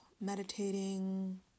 meditating